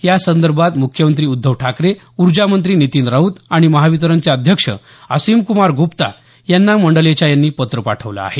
या संदर्भात मुख्यमंत्री उद्धव ठाकरे ऊर्जामंत्री नितिन राऊत आणि महावितरणचे अध्यक्ष असीमक्रमार ग्रप्ता यांना मंडलेचा यांनी पत्र पाठवलं आहे